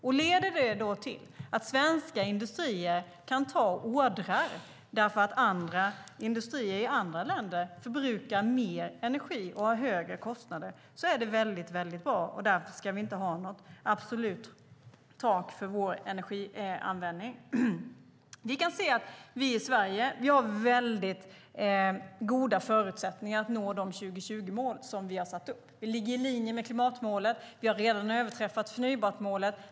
Om det sedan leder till att svenska industrier kan ta order för att industrier i andra länder förbrukar mer energi och har högre kostnader är det mycket bra. Därför ska vi inte ha något absolut tak för vår energianvändning. Vi har i Sverige mycket goda förutsättningar att nå de 2020-mål som vi har satt upp. Vi ligger i linje med klimatmålet. Vi har redan överträffat förnybartmålet.